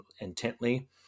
intently